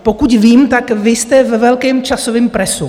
Pokud vím, tak vy jste ve velkém časovém presu.